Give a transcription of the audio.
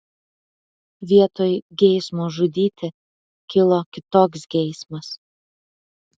vietoj geismo žudyti kilo kitoks geismas